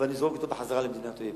בחזרה למדינת אויב.